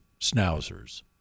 schnauzers